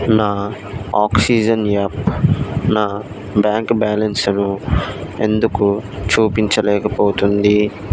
నా oxygen app నా bank బ్యాలెన్సును ఎందుకు చూపించలేకపోతుంది